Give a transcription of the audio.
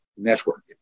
Network